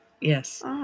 Yes